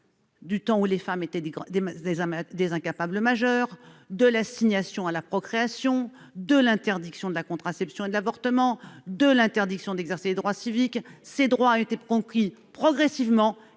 du temps où les femmes étaient considérées comme des incapables majeures, de l'assignation à la procréation, de l'interdiction de la contraception et de l'avortement, de l'interdiction d'exercer leurs droits civiques, tous nos droits ont été conquis progressivement.